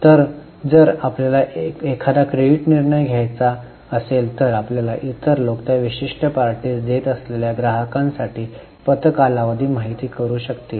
तर जर आपल्याला एखादा क्रेडिट निर्णय घ्यायचा असेल तर आपल्याला इतर लोक त्या विशिष्ट पार्टीस देत असलेल्या ग्राहकासाठी पत कालावधी माहित करू शकेल